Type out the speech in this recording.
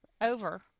over